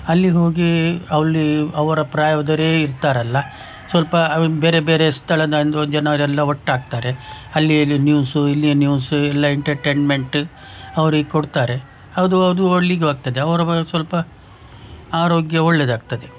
ಅಲ್ಲಿ ಹೋಗಿ ಅಲ್ಲಿ ಅವರ ಪ್ರಾಯದವರೇ ಇರ್ತಾರಲ್ಲ ಸ್ವಲ್ಪ ಬೇರೆ ಬೇರೆ ಸ್ಥಳದ ಒಂದು ಜನರೆಲ್ಲ ಒಟ್ಟಾಗ್ತಾರೆ ಅಲ್ಲಿದ್ದು ನ್ಯೂಸ್ ಇಲ್ಲಿ ನ್ಯೂಸ್ ಎಲ್ಲ ಎಂಟರ್ಟೈನ್ಮೆಂಟ್ ಅವರಿಗೆ ಕೊಡ್ತಾರೆ ಅದು ಅದು ಓಡಲಿಕ್ಕೆ ಹೋಗ್ತದೆ ಅವರವರ ಸ್ವಲ್ಪ ಆರೋಗ್ಯ ಒಳ್ಳೆದಾಗ್ತದೆ